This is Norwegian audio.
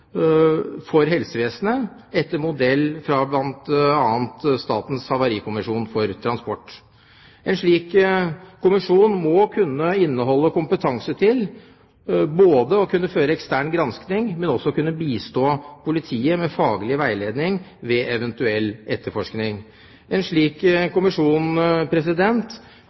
for helsevesenet, etter modell fra bl.a. Statens havarikommisjon for transport. En slik kommisjon må kunne inneha kompetanse til både å kunne føre ekstern gransking og til å kunne bistå politiet med faglig veiledning ved en eventuell etterforskning. En slik kommisjon